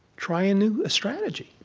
try a new strategy.